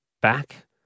back